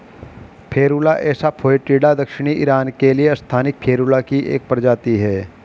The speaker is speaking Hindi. फेरुला एसा फोएटिडा दक्षिणी ईरान के लिए स्थानिक फेरुला की एक प्रजाति है